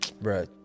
Bro